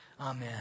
Amen